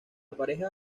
pareja